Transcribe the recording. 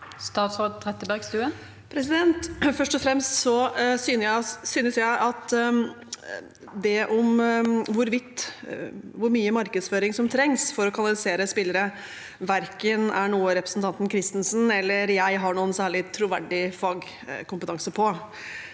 Statsråd Anette Trettebergstuen Først og fremst synes jeg at hvor mye markedsføring som trengs for å kanalisere spillere, er noe verken representanten Kristensen eller jeg har noen særlig troverdig fagkompetanse på.